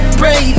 pray